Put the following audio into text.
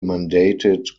mandated